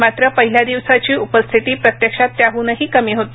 मात्र पहिल्या दिवसाची उपस्थिती प्रत्यक्षात त्याहूनही कमी होती